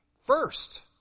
first